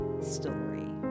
story